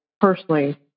personally